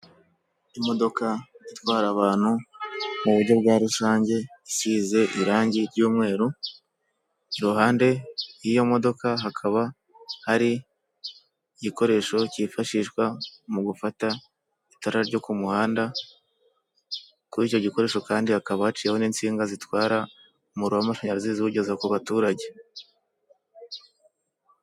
Imodoka itwara abantu mu buryo bwa rusange isize irangi ry'umweru iruhande rw'iyo modoka hakaba hari igikoresho cyifashishwa mu gufata itara ryo ku muhanda kuri icyo gikoresho kandi hakaba haciye n'itsinga zitwara umuriro w'amashanyarazi ziwugeza ku baturage.